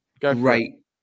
great